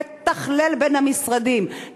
לתכלל בין המשרדים,